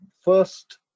first